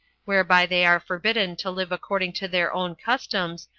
whereby they are forbidden to live according to their own customs,